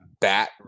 bat